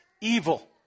evil